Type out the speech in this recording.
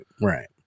right